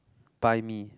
buy me